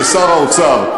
כשר האוצר,